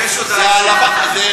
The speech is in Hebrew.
אני מבקש הודעה אישית.